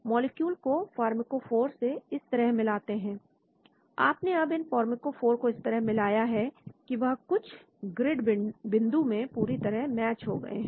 molecule को pharmacophore से इस तरह मिलाते हैं आपने अब इन फॉर्मकोफॉर को इस तरह मिलाया है कि वह कुछ ग्रिड बिंदु में पूरी तरह मैच हो गए हैं